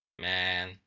Man